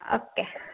okay